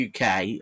UK